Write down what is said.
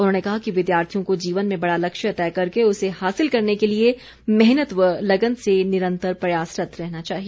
उन्होंने कहा कि विद्यार्थियों को जीवन में बड़ा लक्ष्य तय करके उसे हासिल करने के लिए मेहनत व लग्न से निरंतर प्रयासरत रहना चाहिए